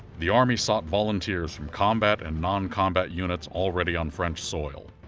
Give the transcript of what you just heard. the army sought volunteers from combat and non-combat units already on french soil.